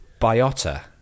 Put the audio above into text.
biota